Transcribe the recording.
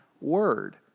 word